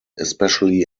especially